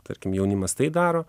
tarkim jaunimas tai daro